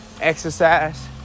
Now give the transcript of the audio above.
exercise